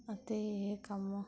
ਅਤੇ ਇਹ ਕੰਮ